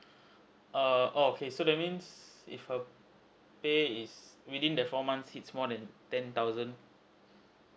err oh okay so that means if her pay is within the four months it's more than ten thousand